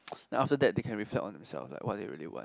after that they can reflect on themselves what they really want